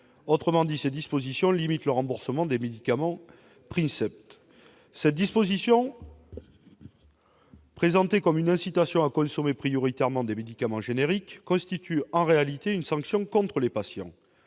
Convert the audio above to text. Autrement dit, ces dispositions limitent le remboursement des médicaments princeps. Présentées comme une incitation à consommer prioritairement des médicaments génériques, elles constituent en réalité une sanction contre les patients.